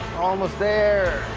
almost there.